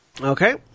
Okay